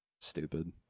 Stupid